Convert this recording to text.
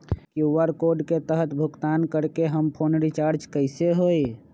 QR code के तहद भुगतान करके हम फोन रिचार्ज कैसे होई?